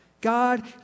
God